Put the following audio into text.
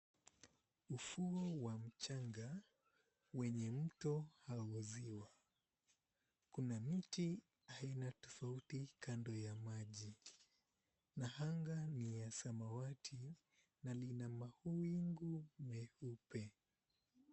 Ufuo wa mchanga wenye mto au ziwa, kuna miti aina tofauti kando ya maji na anga ni ya samawati na lina mawingu meupe.